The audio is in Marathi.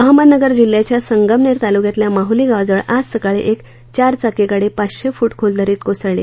अहमदनगर जिल्ह्याच्या संगमनेर तालुक्यातल्या माहली गावाजवळ आज सकाळी एक चारचाकी गाडी पाचशे फूट खोल दरीत कोसळली